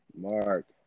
Mark